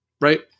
right